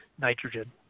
nitrogen